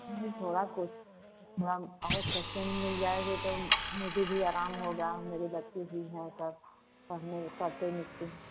यूँ थोड़ा को थोड़ा और सस्ते में मिल जाएगी तो मुझे भी आराम होगा मेरे बच्चे भी हैं सब पढ़ने पढ़ते लिखते हैं